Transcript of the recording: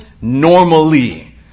normally